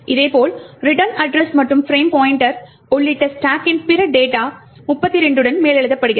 இதேபோல் return address மற்றும் frame pointer உள்ளிட்ட ஸ்டாக்கின் பிற டேட்டா 32 உடன் மேலெழுதப்படுகிறது